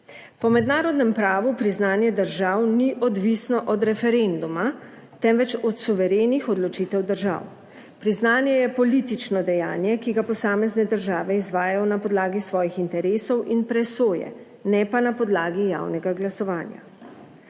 Po mednarodnem pravu priznanje držav ni odvisno od referenduma, temveč od suverenih odločitev držav. Priznanje je politično dejanje, ki ga posamezne države izvajajo na podlagi svojih interesov in presoje, ne pa na podlagi javnega glasovanja.